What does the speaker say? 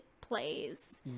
plays